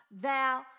thou